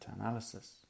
analysis